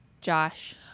Josh